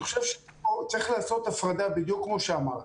אני חושב שצריך לעשות הפרדה בדיוק כמו שאמרת,